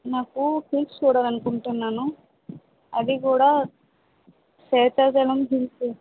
నాకు హిల్స్ చూడాలనుకుంటున్నాను అది కూడా శేషాచలం హిల్సు